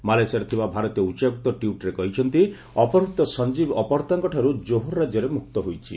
ମାଲେସିଆରେ ଥିବା ଭାରତୀୟ ଉଚ୍ଚାୟକ୍ତ ଟ୍ୱିଟ୍ରେ କହିଛନ୍ତି ଅପହୃତ ସଂଜୀବ ଅପହର୍ତ୍ତାଙ୍କଠାରୁ ଜୋହର ରାଜ୍ୟରେ ମୁକ୍ତ ହୋଇଛି